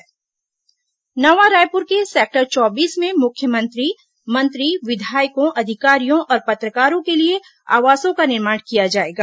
आवास निर्माण नवा रायपुर के सेक्टर चौबीस में मुख्यमंत्री मंत्री विधायकों अधिकारियों और पत्रकारों के लिए आवासों का निर्माण किया जाएगा